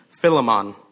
Philemon